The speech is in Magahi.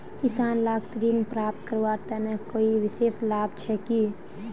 किसान लाक ऋण प्राप्त करवार तने कोई विशेष लाभ छे कि?